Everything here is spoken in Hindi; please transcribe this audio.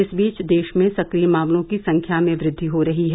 इस बीच देश में सक्रिय मामलों की संख्या में वृद्धि हो रही है